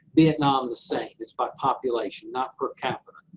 vietnam the same, it's by population, not per capita.